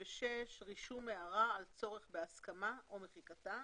רישום הערה על צורך בהסכמה או מחיקתה.